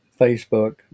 Facebook